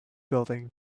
building